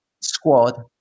squad